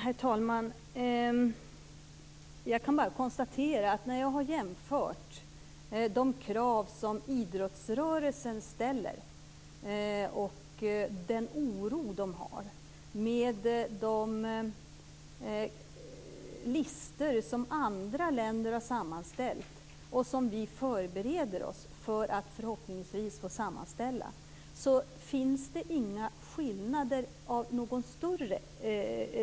Herr talman! Jag har jämfört de krav som idrottsrörelsen ställer och den oro de har med de listor som andra länder har sammanställt och som vi förbereder oss för att förhoppningsvis få sammanställa. Och jag kan bara konstatera att det inte finns några skillnader, i alla fall inte av någon större